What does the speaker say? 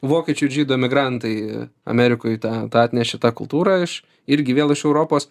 vokiečių ir žydų emigrantai amerikoj tą tą atnešė tą kultūrą iš irgi vėl iš europos